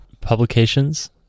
publications